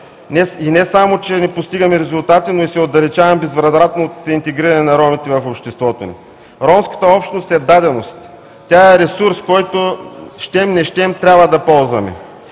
и не само, че не постигаме резултати, но и се отдалечаваме безвъзвратно от интегриране на ромите в обществото ни. Ромската общност е даденост, тя е ресурс, който щем не щем трябва да ползваме.